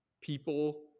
people